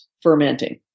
fermenting